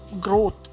growth